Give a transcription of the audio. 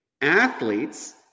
Athletes